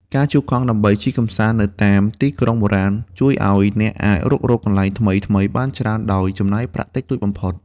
ការជួលកង់ដើម្បីជិះកម្សាន្តនៅតាមទីក្រុងបុរាណ ជួយឱ្យអ្នកអាចរុករកកន្លែងថ្មីៗបានច្រើនដោយចំណាយប្រាក់តិចតួចបំផុត។